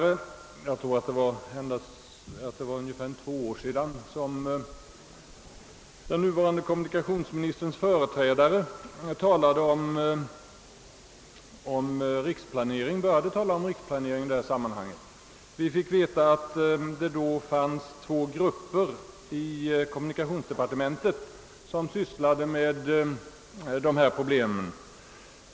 För omkring två år sedan började kommunikationsministerns företrädare tala om en riksplanering. Han sade då att det fanns två grupper i kommunikationsdepartementet som sysslade med sådana problem.